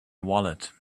wallet